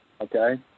okay